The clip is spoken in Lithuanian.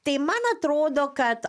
tai man atrodo kad